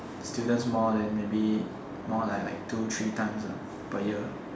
students more then maybe more like two three times per year